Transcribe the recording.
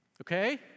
Okay